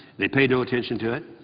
they paid no attention to it.